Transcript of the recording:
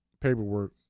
paperwork